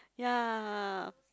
ya